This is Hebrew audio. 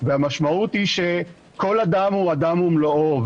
והמשמעות היא שכל אדם הוא אדם ומלואו.